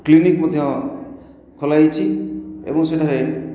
clinic ମଧ୍ୟ ଖୋଲାଯାଇଛି ଏବଂ ସେଠାରେ